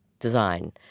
design